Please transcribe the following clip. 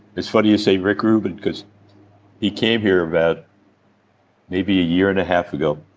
it's funny you say rick rubin, cause he came here about maybe a year and a half ago.